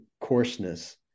coarseness